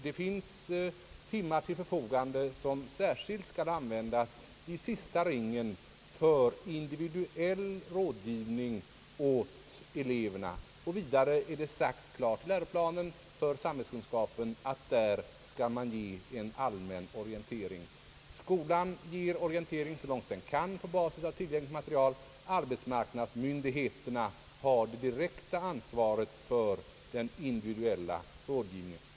Det finns timmar till förfogande som särskilt skall användas i sista ringen för individuell rådgivning åt eleverna. Vidare är det klart utsagt i läroplanen för samhällskunskapen att det i ämnet skall ges en allmän orientering. Skolan ger orientering så långt den kan på basis av tillgängligt material, och arbetsmarknadsmyndigheterna har det direkta ansvaret för den individuel Ja rådgivningen.